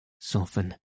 soften